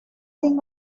sin